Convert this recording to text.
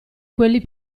quelli